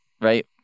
Right